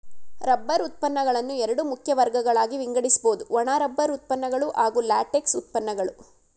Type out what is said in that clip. rubber ಉತ್ಪನ್ನಗಳನ್ನು ಎರಡು ಮುಖ್ಯ ವರ್ಗಗಳಾಗಿ ವಿಂಗಡಿಸ್ಬೋದು ಒಣ ರಬ್ಬರ್ ಉತ್ಪನ್ನಗಳು ಹಾಗೂ ಲ್ಯಾಟೆಕ್ಸ್ ಉತ್ಪನ್ನಗಳು